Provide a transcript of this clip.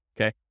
okay